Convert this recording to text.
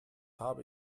habe